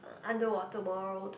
underwater world